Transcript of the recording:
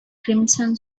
crimson